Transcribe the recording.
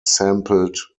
sampled